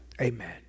amen